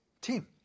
team